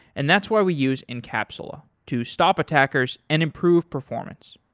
and that's why we use encapsula to stop attackers and improve performance.